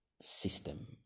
system